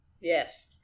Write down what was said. Yes